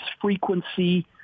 frequency